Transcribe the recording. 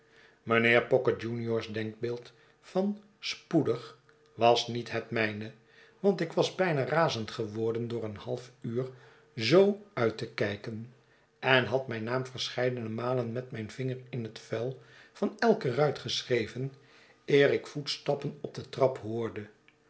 mijnheer pocket junior's denkbeeld van spoedig was niet het mijne want ik was bijna razend geworden door een half uur zoo uit te kijken en had mijn naam verscheidene malen met mijn vinger in het vuil van elke ruit geschreven eer ik voetstappen op de trap hoorde